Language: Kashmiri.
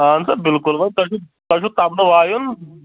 اہَن سا بالکل وۄنۍ تۄہہِ چھُ تۄہہِ چھُ طبلہٕ وایُن